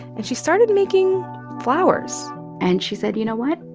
and she started making flowers and she said, you know what?